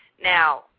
Now